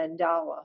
mandala